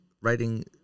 writing